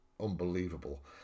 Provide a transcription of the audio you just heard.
unbelievable